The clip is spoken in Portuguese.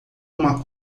uma